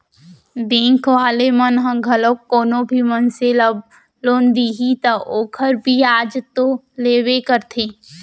bank वाले मन ह घलोक कोनो भी मनसे ल लोन दिही त ओखर बियाज तो लेबे करथे